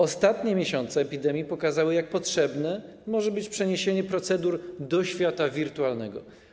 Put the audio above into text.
Ostatnie miesiące, czas epidemii, pokazały, jak potrzebne może być przeniesienie procedur do świata wirtualnego.